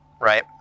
Right